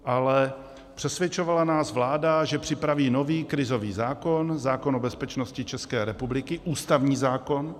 Ale přesvědčovala nás vláda, že připraví nový krizový zákon, zákon o bezpečnosti České republiky, ústavní zákon.